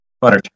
Butter